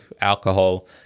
alcohol